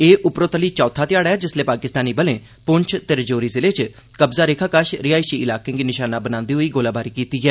एह उप्परोतली चौथा ध्याड़ा ऐ जिसलै पाकिस्तानी बलें पुंछ ते राजौरी ज़िले च कब्जा रेखा कश रिहाईशी ईलाकें गी निशाना बनांदे होई गोलाबारी कीती ऐ